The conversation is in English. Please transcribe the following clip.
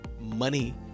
money